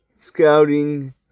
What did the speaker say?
scouting